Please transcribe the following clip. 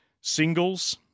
singles